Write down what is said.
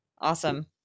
Awesome